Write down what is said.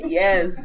yes